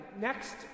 next